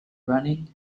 running